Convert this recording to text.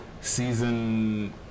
season